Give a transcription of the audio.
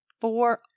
Four